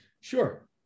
Sure